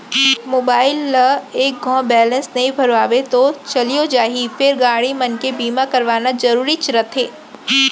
mobile ल एक घौं बैलेंस नइ भरवाबे तौ चलियो जाही फेर गाड़ी मन के बीमा करवाना जरूरीच रथे